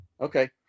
Okay